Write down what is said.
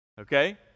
okay